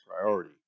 priority